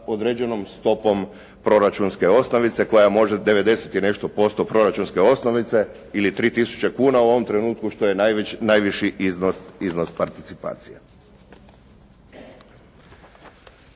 određenom stopom proračunske osnovice koja je možda 90 i nešto posto proračunske osnovice ili 3 tisuće kuna u ovom trenutku što je najviši iznos participacije